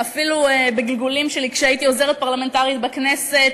אפילו בגלגולים שלי כשהייתי עוזרת פרלמנטרית בכנסת,